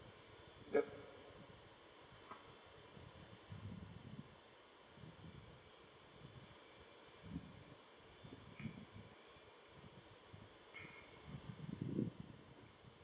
yup